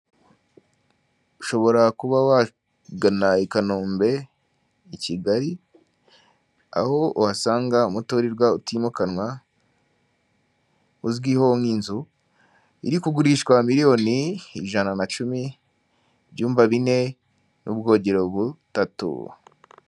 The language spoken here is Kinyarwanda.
Ushobora kuba wagana i Kanombe i Kigali aho wahasanga umu muturirwa utimukanwa, uzwiho nk'inzu iri kugurishwa miliyoni ijana na cumi ibyumba bine n'ubwogero butatu.